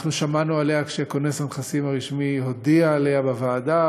אנחנו שמענו עליה כשכונס הנכסים הרשמי הודיע עליה בוועדה,